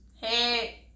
Hey